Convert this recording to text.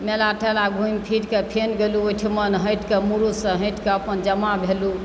मेला ठेला घुमि फिर कऽ फेर ओहिठिमन हटि कऽ पुरुषसँ हटि कऽ अपन जमा भेलहुँ